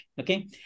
okay